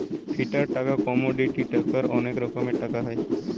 fiat টাকা, commodity টাকার অনেক রকমের টাকা হয়